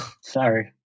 Sorry